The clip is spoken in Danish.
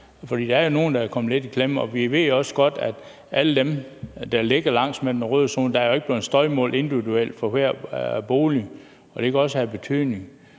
For der er jo nogle, der er kommet lidt i klemme, og vi ved også godt, at for alle de boliger, der ligger langs med den røde zone, er der ikke blevet støjmålinger individuelt for hver bolig, og det kan også have betydning.